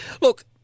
Look